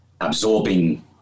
Absorbing